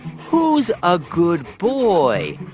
who's a good boy?